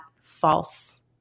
false